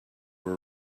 were